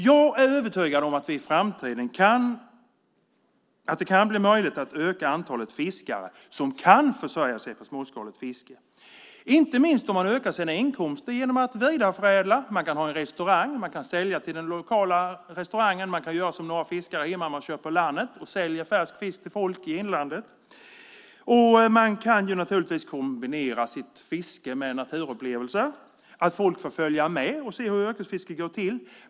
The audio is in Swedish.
Jag är övertygad om att det i framtiden kan bli möjligt att öka antalet fiskare som kan försörja sig på småskaligt fiske, inte minst om de ökar sina inkomster genom att vidareförädla. Man kan ha en restaurang, man kan sälja till den lokala restaurangen, man kan sälja färsk fisk till folk i inlandet. Man kan naturligtvis kombinera sitt fiske med naturupplevelser. Folk får följa med och se hur yrkesfiske går till.